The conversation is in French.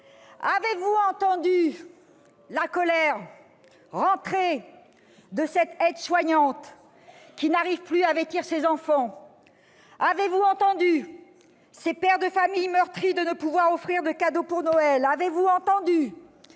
Avez-vous entendu la colère rentrée de cette aide-soignante qui n'arrive plus à vêtir ses enfants ? Avez-vous entendu ces pères de famille meurtris de ne pouvoir offrir de cadeaux pour Noël ?